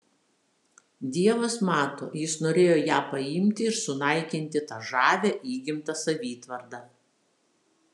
dievas mato jis norėjo ją paimti ir sunaikinti tą žavią įgimtą savitvardą